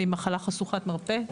והיא מחלה חשוכת מרפא.